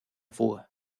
fuga